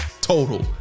total